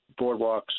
boardwalks